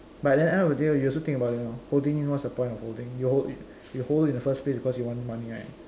but then end of the day you also think about it lor holding it what's the point of holding you hold you hold in the first place because you want money right